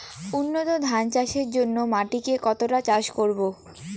উন্নত ধান চাষের জন্য মাটিকে কতটা চাষ করব?